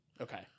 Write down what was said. Okay